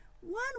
one